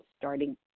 starting